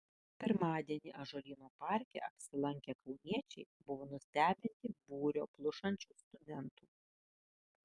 pirmadienį ąžuolyno parke apsilankę kauniečiai buvo nustebinti būrio plušančių studentų